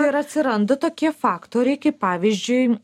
ir atsiranda tokie faktoriai kaip pavyzdžiui